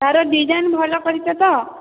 ତାର ଡିଜାଇନ୍ ଭଲ କରିଛ ତ